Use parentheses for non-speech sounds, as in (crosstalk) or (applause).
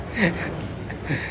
(noise)